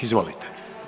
Izvolite.